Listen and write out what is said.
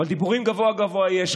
אבל דיבורים גבוהה-גבוהה יש.